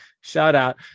Shout-out